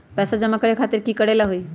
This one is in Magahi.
पैसा जमा करे खातीर की करेला होई?